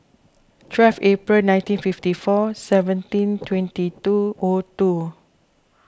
twelve April nineteen fifty four seventeen twenty two O two